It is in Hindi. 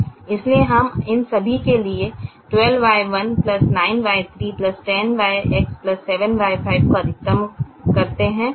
इसलिए अब हम इन सभी के लिए 12Y7 9Y3 10Y6 7Y5 को अधिकतम करते हैं